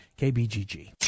KBGG